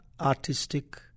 artistic